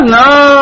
no